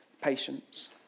patience